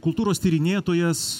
kultūros tyrinėtojas